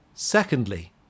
Secondly